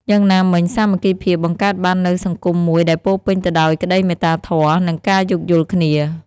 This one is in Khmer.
យ៉ាងណាមិញ សាមគ្គីភាពបង្កើតបាននូវសង្គមមួយដែលពោរពេញទៅដោយក្តីមេត្តាធម៌ និងការយោគយល់គ្នា។